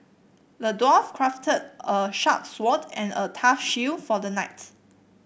the dwarf crafted a sharp sword and a tough shield for the knight